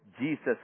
Jesus